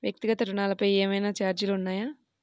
వ్యక్తిగత ఋణాలపై ఏవైనా ఛార్జీలు ఉన్నాయా?